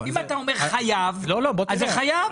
אם אתה אומר "חייב" זה חייב.